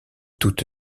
toute